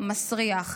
מסריח,